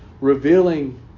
revealing